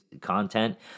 content